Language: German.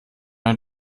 eine